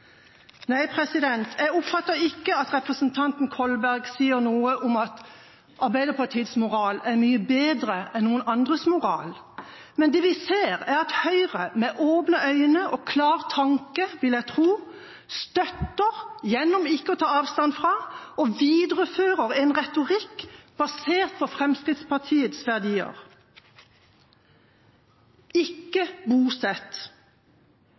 Jeg oppfatter ikke at representanten Kolberg sier noe om at Arbeiderpartiets moral er mye bedre enn noen andres moral. Men det vi ser, er at Høyre med åpne øyne og klar tanke, vil jeg tro, støtter, gjennom ikke å ta avstand, og viderefører en retorikk basert på Fremskrittspartiets verdier: Ikke